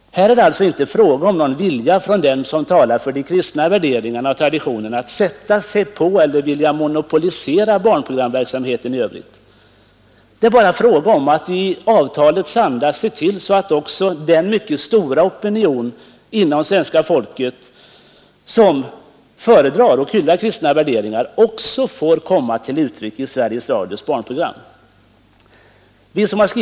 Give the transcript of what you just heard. Här är det alltså inte fråga om något försök från dem som talar för de kristna värderingarna och traditionerna att sätta sig på eller vilja monopolisera barnprogramverksamheten i övrigt. Det gäller bara att i avtalets anda se till så att den mycket stora opinion inom svenska folket som föredrar de kristna värderingarna också får möjlighet att se dessa värderingar komma till uttryck i Sveriges Radios barnprogram.